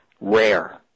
Rare